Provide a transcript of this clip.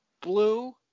Blue